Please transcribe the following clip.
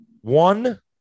One